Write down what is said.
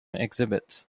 exhibits